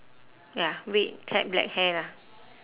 ya red cat black hair